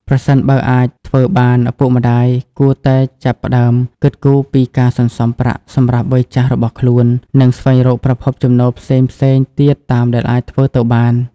ប្រសិនបើអាចធ្វើបាន ឪពុកម្ដាយគួរតែចាប់ផ្ដើមគិតគូរពីការសន្សំប្រាក់សម្រាប់វ័យចាស់របស់ខ្លួន និងស្វែងរកប្រភពចំណូលផ្សេងៗទៀតតាមដែលអាចធ្វើទៅបាន។